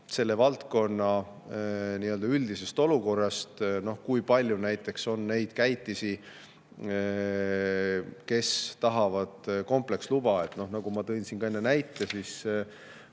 selle valdkonna üldisest olukorrast, kui palju näiteks on neid käitisi, kes tahavad kompleksluba. Nagu ma tõin siin enne näite,